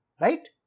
right